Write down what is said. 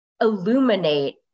illuminate